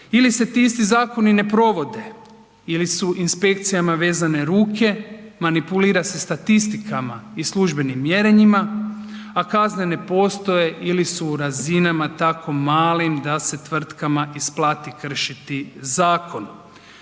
ili se ti isti zakoni ne provode ili su inspekcijama vezane ruke, manipulira se statistikama i službenim mjerenjima, a kazne ne postoje ili su u razinama tako malim da se tvrtkama isplati kršiti zakon.